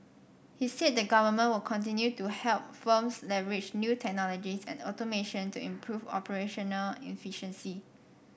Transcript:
he said the government will continue to help firms leverage new technologies and automation to improve operational efficiency